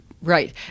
Right